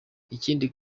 ikindi